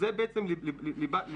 זו בעצם ליבת הבעיה.